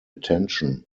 attention